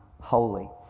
holy